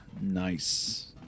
Nice